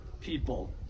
people